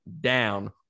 down